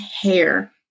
hair